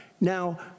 Now